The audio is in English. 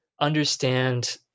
understand